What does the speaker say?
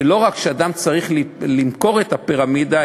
שלא רק שאדם צריך למכור את הפירמידה,